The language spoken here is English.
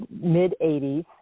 mid-80s